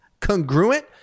congruent